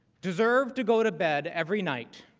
deserve to go to bed every night